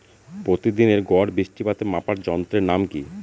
প্রতিদিনের গড় বৃষ্টিপাত মাপার যন্ত্রের নাম কি?